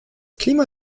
klima